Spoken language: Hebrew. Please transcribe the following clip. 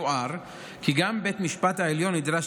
יוער כי גם בית המשפט העליון נדרש